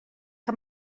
que